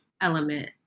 element